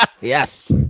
Yes